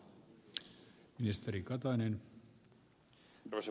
arvoisa puhemies